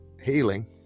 healing